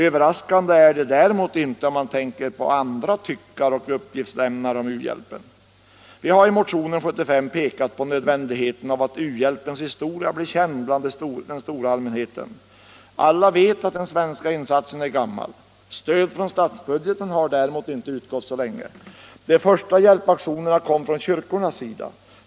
Överraskande är det däremot inte om man tänker på andra tyckare och uppgiftslämnare om u-hjälpen. Vi har i motionen 75 pekat på nödvändigheten av att u-hjälpens historia blir känd bland den stora allmänheten. Alla vet att den svenska insatsen är gammal. Stöd från statsbudgeten har däremot inte utgått så länge. De första hjälpaktionerna kom från kyrkornas sida.